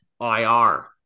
IR